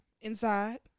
Inside